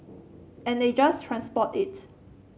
and they just transport it